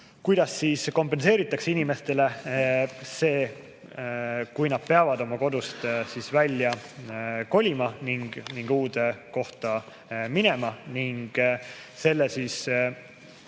kuidas kompenseeritakse inimestele see, kui nad peavad oma kodust välja kolima ning uude kohta minema.Et siin